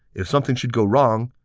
if something should go wrong,